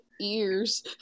ears